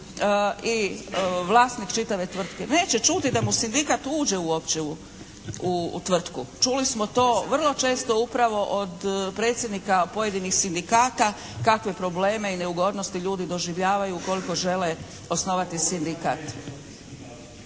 i vlasnik čitave tvrtke. Neće čuti da mu Sindikat uđe uopće u tvrtku. Čuli smo to vrlo često upravo od predsjednika pojedinih sindikata kakve probleme i neugodnosti ljudi doživljavaju ukoliko žele osnovati sindikat.